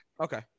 Okay